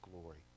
glory